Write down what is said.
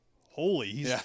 holy